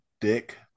dick